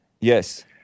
Yes